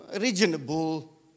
reasonable